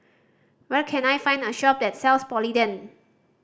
where can I find a shop that sells Polident